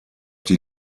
die